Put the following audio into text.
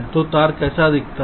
तो तार कैसा दिखता है